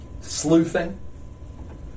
sleuthing